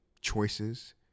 choices